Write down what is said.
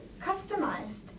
customized